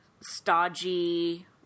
stodgy